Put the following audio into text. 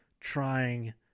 trying